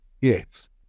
Yes